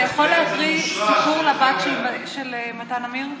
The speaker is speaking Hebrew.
אתה יכול להקריא סיפור לבת של מתן אמיר?